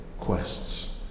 quests